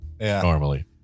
normally